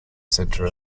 center